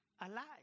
alive